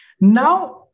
now